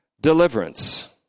deliverance